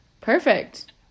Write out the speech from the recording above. Perfect